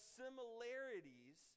similarities